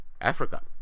africa